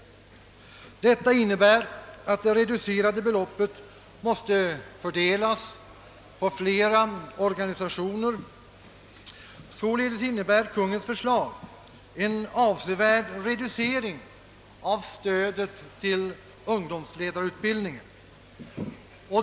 Detta innebär att det reducerade beloppet måste fördelas på flera organisationer, och således innebär Kungl. Maj:ts för slag en avsevärd reducering av stödet till ungdomsledarutbildningen.